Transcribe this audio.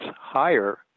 higher